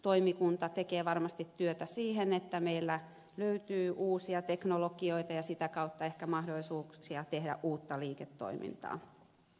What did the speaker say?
energiatehokkuustoimikunta tekee varmasti työtä sen eteen että meillä löytyy uusia teknologioita ja sitä kautta ehkä mahdollisuuksia tehdä uutta liiketoimintaa